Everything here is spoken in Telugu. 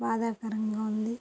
బాధాకరంగా ఉంది